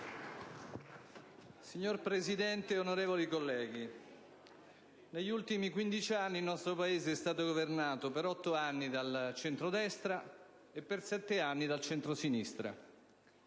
Signor Presidente, onorevoli colleghi, negli ultimi 15 anni il nostro Paese è stato governato per otto anni dal centrodestra e per sette anni dal centrosinistra.